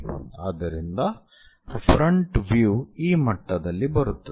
ಆದ್ದರಿಂದ front view ಈ ಮಟ್ಟದಲ್ಲಿ ಬರುತ್ತದೆ